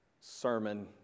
sermon